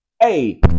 hey